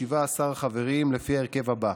בשתי הוועדות יכהנו 17 חברים, לפי ההרכב הבא.